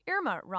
Irma